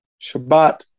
Shabbat